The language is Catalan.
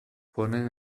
ponen